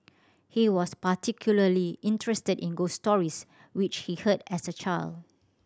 he was particularly interested in ghost stories which he heard as a child